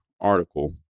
article